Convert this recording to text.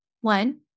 One